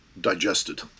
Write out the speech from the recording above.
digested